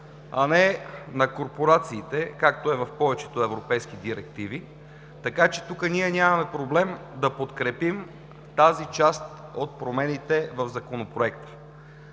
а не на корпорациите, както е в повечето европейски директиви. Така че тук ние нямаме проблем да подкрепим тази част от промените в Законопроекта.